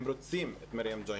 הם רוצים 'מרים ג'וי',